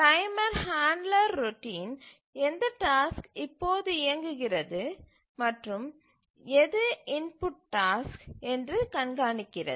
timer handler routine எந்த task இப்போது இயங்குகிறது மற்றும் எது இன்புட் டாஸ்க் என்று கண்காணிகிறது